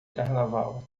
carnaval